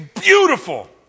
beautiful